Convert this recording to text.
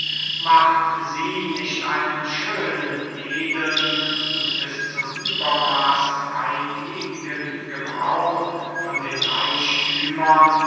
macht sie nicht einen schönen edeln und bis zum übermaß freygebigen gebrauch von den reichthümern